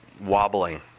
wobbling